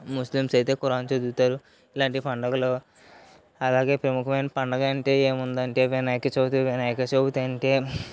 Muslims అయితే Quran చదువుతారు ఇలాంటి పండుగలు అలాగే ప్రముఖమైన పండుగలంటే ఏముందంటే వినాయక చవితి వినాయక చవితి అంటే